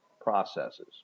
processes